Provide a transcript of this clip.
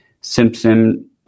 Simpson